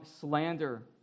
slander